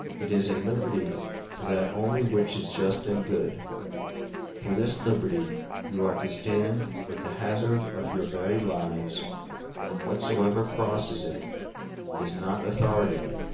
it is a liberty for that only which is just and good for this liberty you are to stand with the hazard of your very lives and whatsoever crosses it is not authority,